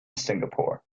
singapore